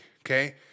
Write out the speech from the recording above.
Okay